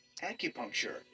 acupuncture